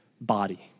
body